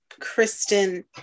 Kristen